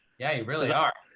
yeah, you really are.